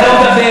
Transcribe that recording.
אני לא מדבר,